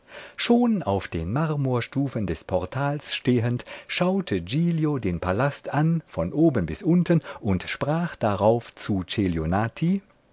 schon auf den marmorstufen des portals stehend schaute giglio den palast an von oben bis unten und sprach darauf zu